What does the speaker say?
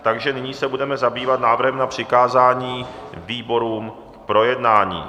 Takže nyní se budeme zabývat návrhem na přikázání výborům k projednání.